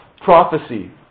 Prophecy